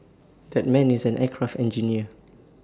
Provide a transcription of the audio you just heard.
that man is an aircraft engineer